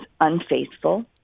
unfaithful